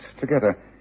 together